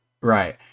Right